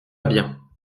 bien